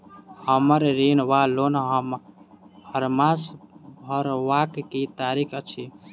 हम्मर ऋण वा लोन हरमास भरवाक की तारीख अछि?